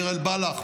דיר אל-בלח,